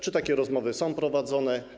Czy takie rozmowy są prowadzone?